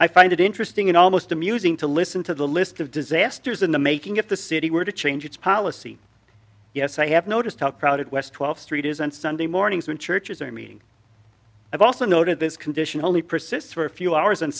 i find it interesting and almost amusing to listen to the list of disasters in the making at the city were to change its policy yes i have noticed how crowded west twelfth street is on sunday mornings when churches are meeting i've also noted this condition only persists for a few hours on